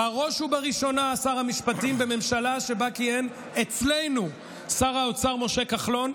ובראש ובראשונה שר המשפטים בממשלה שבה כיהן אצלנו שר האוצר משה כחלון,